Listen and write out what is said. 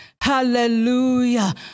Hallelujah